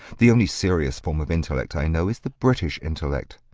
the only serious form of intellect i know is the british intellect.